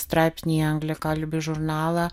straipsnį į angliakalbį žurnalą